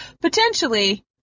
potentially